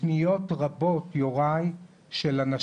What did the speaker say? פניות רבות של אנשים,